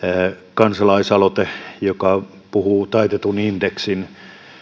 kansalaisaloite joka puhuu taitetun indeksin